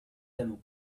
them